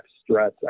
stress